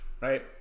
right